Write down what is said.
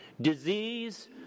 disease